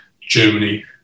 Germany